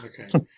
okay